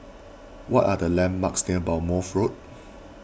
what are the landmarks near Bournemouth Road